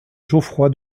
geoffroy